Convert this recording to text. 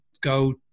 go